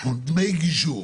דמי גישור.